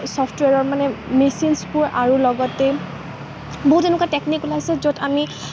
ছফ্টৱেৰৰ মানে মেচিনছ্বোৰ আৰু লগতে বহুত এনেকুৱা টেকনিক ওলাইছে য'ত আমি